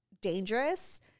dangerous